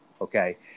okay